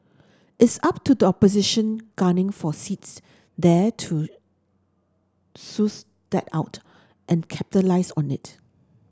it's up to the opposition gunning for seats there to suss that out and capitalise on it